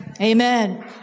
Amen